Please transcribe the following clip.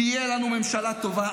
תהיה לנו ממשלה טובה.